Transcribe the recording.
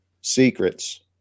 secrets